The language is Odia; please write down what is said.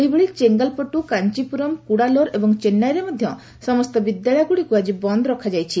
ସେହିଭଳି ଚେଙ୍ଗାଲପଟୁ କାଞ୍ଚିପୁରମ କୁଡାଲୋର ଏବଂ ଚେନ୍ନାଇରେ ମଧ୍ୟ ସମସ୍ତ ବିଦ୍ୟାଳୟଗୁଡ଼ିକୁ ଆଜି ବନ୍ଦ ରଖାଯାଇଛି